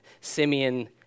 Simeon